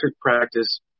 practice